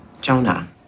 Jonah